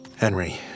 Henry